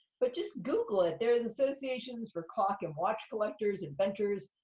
but just google it. there is associations for clock and watch collectors, inventors,